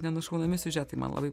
nenušaunami siužetai man labai